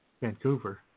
Vancouver